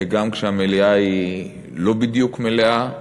גם כשהמליאה לא בדיוק מלאה,